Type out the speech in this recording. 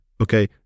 okay